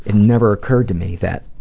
and never occurred to me that.